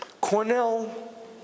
Cornell